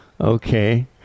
Okay